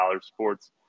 sports